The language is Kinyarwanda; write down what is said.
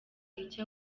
icyo